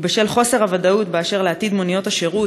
ובשל חוסר הוודאות באשר לעתיד מוניות השירות,